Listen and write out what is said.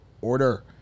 order